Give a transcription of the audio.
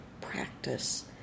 practice